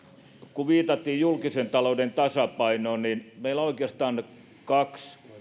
kun viitattiin julkisen talouden tasapainoon niin meillä on oikeastaan kaksi